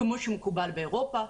כמו שמקובל באירופה,